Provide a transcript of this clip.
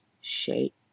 shape